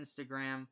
Instagram